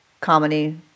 comedy